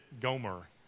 Gomer